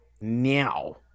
now